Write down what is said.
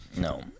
No